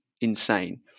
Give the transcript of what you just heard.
insane